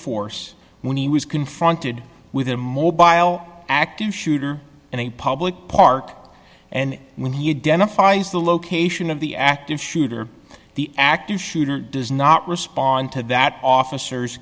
force when he was confronted with a more bile active shooter in a public park and when he denham far as the location of the active shooter the active shooter does not respond to that officers